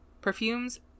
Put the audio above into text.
perfumes